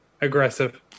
aggressive